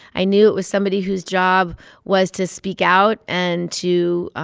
i knew it was somebody whose job was to speak out and to